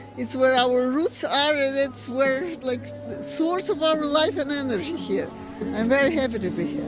it's where our roots are, and it's where, like, so source of our life and energy here. i am very happy to be here